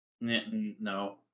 No